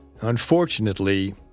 Unfortunately